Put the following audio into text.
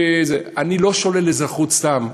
אני לא שולל אזרחות סתם.